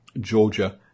Georgia